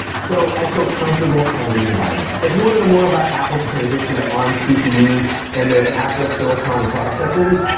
so, i feel comfortable telling you to buy them. if you wanna know more about apple's transition to arm cpu and their apple silicon processors,